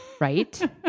Right